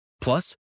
plus